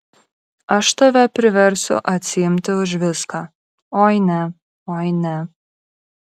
aš tave priversiu atsiimti už viską oi ne oi ne